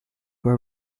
were